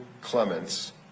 Clements